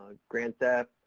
grand theft,